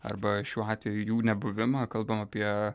arba šiuo atveju jų nebuvimą kalbam apie